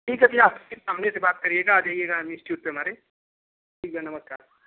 ठीक है भैया सामने से बात करियेगा आ जाइयेगा इंस्ट्यूट पर हमारे ठीक है नमस्कार